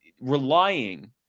relying